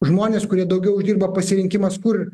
žmonės kurie daugiau uždirba pasirinkimas kur